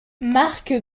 marc